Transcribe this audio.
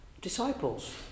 disciples